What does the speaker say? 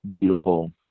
beautiful